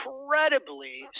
incredibly